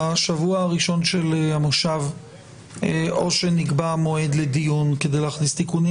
בשבוע הראשון של המושב או שנקבע מועד לדיון כדי להכניס תיקונים,